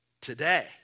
today